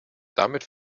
damit